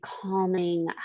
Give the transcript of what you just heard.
calming